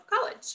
college